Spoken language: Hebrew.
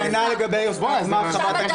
כנ"ל לגבי חברת הכנסת אסנת מארק,